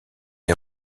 est